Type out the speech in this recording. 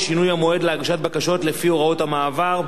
שינוי המועד להגשת בקשות לפי הוראות המעבר),